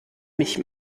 mich